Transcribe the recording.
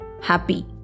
happy